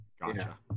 Gotcha